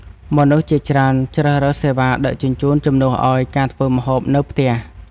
មនុស្សជាច្រើនជ្រើសរើសសេវាដឹកជញ្ជូន ជំនួសឱ្យការធ្វើម្ហូបនៅផ្ទះ។